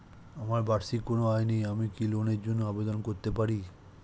আমার বার্ষিক কোন আয় নেই আমি কি লোনের জন্য আবেদন করতে পারি?